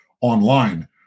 online